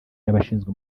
y’abashinzwe